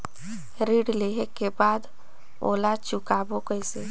ऋण लेहें के बाद ओला चुकाबो किसे?